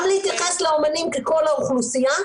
גם להתייחס לאומנים ככל האוכלוסייה,